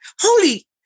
Holy